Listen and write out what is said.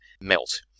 melt